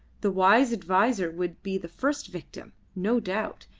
the wise adviser would be the first victim, no doubt,